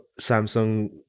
Samsung